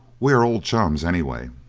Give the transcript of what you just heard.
we are old chums, anyway.